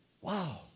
Wow